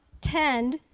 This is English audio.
tend